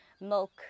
milk